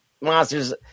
monsters